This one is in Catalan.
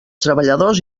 treballadors